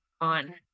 on